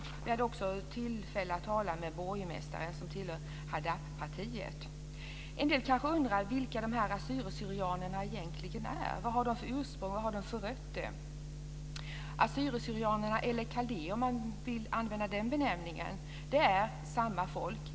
Vi hade också tillfälle att tala med borgmästaren, som tillhör HADEP-partiet. En del kanske undrar vilka dessa assyrier syrianer eller kaldéer, om man vill använda den benämningen, är samma folk.